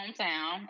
hometown